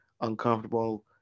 uncomfortable